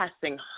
passing